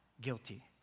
guilty